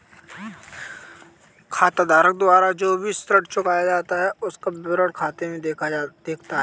खाताधारक द्वारा जो भी ऋण चुकाया जाता है उसका विवरण खाते में दिखता है